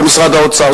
במשרד האוצר,